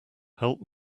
help